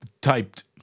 typed